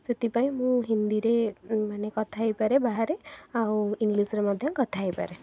ସେଥିପାଇଁ ମୁଁ ହିନ୍ଦୀରେ ମାନେ କଥା ହେଇପାରେ ବାହାରେ ଆଉ ଇଂଲିଶରେ ମଧ୍ୟ କଥା ହେଇପାରେ